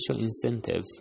incentive